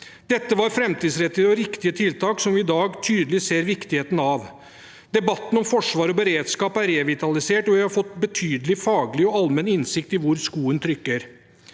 Dette var framtidsrettede og riktige tiltak, som vi i dag tydelig ser viktigheten av. Debatten om forsvar og beredskap er revitalisert, og vi har fått betydelig faglig og allmenn innsikt i hvor skoen trykker.